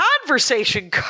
conversation